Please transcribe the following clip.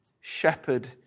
shepherd